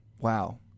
wow